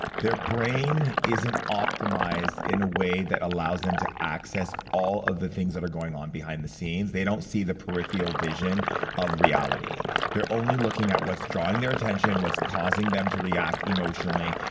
their brain isn't optimized in a way that allows them to access all of the things that are going on behind the scenes. they don't see the peripheral vision of reality they're only looking at what's drawing their attention, what's causing them to react emotionally,